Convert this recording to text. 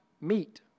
meet